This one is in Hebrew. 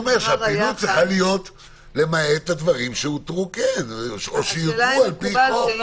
שהפעילות צריכה להיות למעט הדברים שכן הותרו או יותרו על פי חוק.